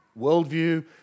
worldview